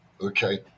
okay